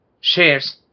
shares